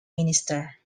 minister